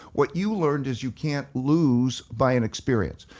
what you learned is you can't lose by an experience.